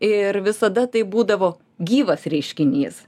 ir visada tai būdavo gyvas reiškinys